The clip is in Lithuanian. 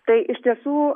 tai iš tiesų